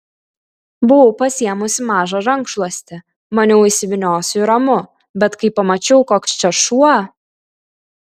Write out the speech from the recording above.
buvau pasiėmusi mažą rankšluostį maniau įsivyniosiu ir ramu bet kai pamačiau koks čia šuo